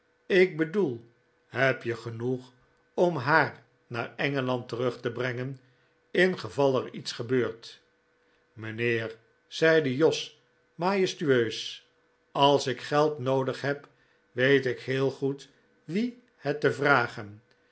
ik bedoel heb je genoeg orn haar naar engeland terug te brengen in geval er iets gebeurt mijnheer zeide jos majestueus als ik geld noodig heb weet ik heel goed wien het te vragen